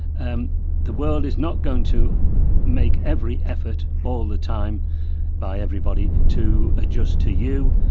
um the world is not going to make every effort all the time by everybody to adjust to you,